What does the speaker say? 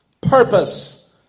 purpose